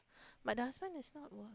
but the husband is not work